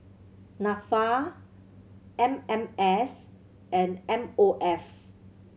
Nafa M M S and M O F